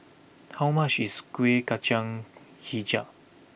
how much is Kueh Kacang HiJau